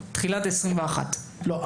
בתחילת 2021. לא.